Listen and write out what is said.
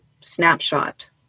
snapshot